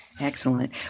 Excellent